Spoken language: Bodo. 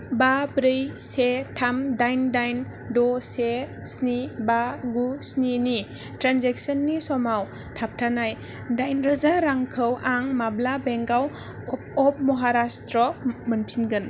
बा ब्रै से थाम दाइन दाइन द' से स्नि बा गु स्नि नि ट्रेन्जेकसननि समाव थाबथानाय दाइन रोजा रांखौ आं माब्ला बेंकआव अफ महाराष्ट्र मोनफिनगोन